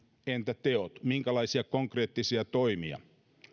entä teot minkälaisia konkreettisia toimia